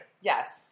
Yes